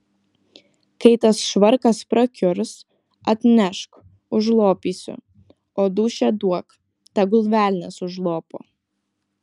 kai tas švarkas prakiurs atnešk užlopysiu o dūšią duok tegul velnias užlopo